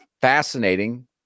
fascinating